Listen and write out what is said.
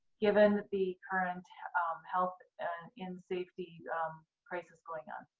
given the current health and safety crisis going on.